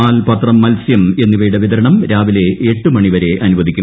പാൽ പത്രം മത്സ്യം എന്നിവയുടെ വിതരണം രാവിലെ എട്ട് മണിവരെ അനുവദിക്കും